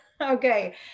Okay